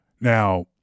now